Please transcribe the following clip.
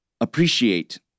appreciate